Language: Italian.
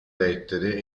lettere